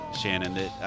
Shannon